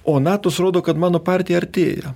o natos rodo kad mano partija artėja